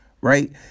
right